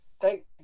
thank